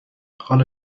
حال